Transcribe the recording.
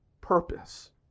purpose